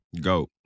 Go